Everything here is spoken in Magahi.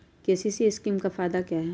के.सी.सी स्कीम का फायदा क्या है?